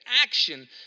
action